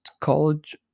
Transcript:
college